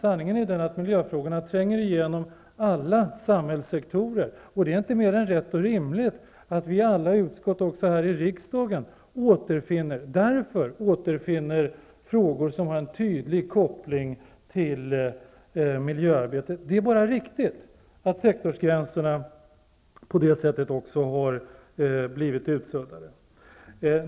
Sanningen är att miljöfrågorna tränger igenom alla samhällssektorer, och det är inte mer är rätt och rimligt att också alla utskott i riksdagen därför återfinner frågor som har en tydlig koppling till miljöarbetet. Det är enbart riktigt att sektorsgränserna på det sättet har blivit utsuddade.